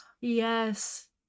yes